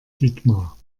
dietmar